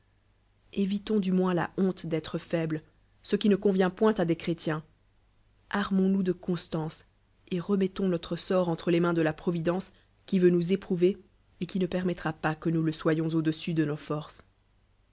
évitons du moiusla honte d'être faible ce qui ne convient point à des chrétiens armons nous de constance et remettons notre sort entre les mains de la providence qui veut nous éprouver et qui ne permettra pas que nous ne soyons au-dessus de nos forces